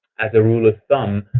as a rule of thumb,